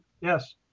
Yes